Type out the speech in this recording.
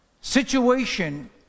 situation